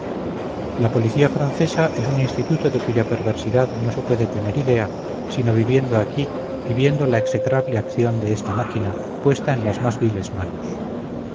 la policía francesa es un instituto de cuya perversidad no se puede tener idea sino viviendo aquí y viendo la execrable acción de esta máquina puesta en las más viles manos